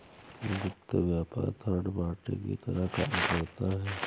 वित्त व्यापार third party की तरह काम करता है